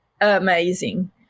amazing